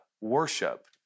worship